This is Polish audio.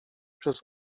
przez